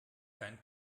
kein